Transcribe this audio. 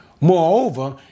Moreover